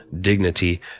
dignity